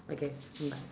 okay mm bye